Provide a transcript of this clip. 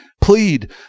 Plead